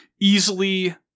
easily